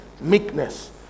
meekness